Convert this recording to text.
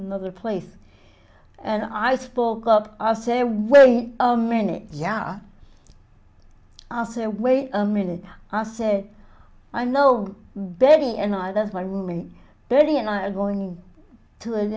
another place and i spoke up i'll say wait a minute yeah i'll say wait a minute i said i know betty and i have my roomie barry and i are going to an